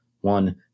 one